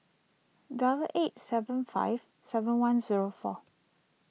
double eight seven five seven one zero four